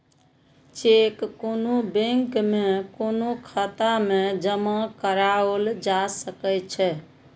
cheque कोनो bank में कोनो खाता मे जमा कराओल जा सकै छै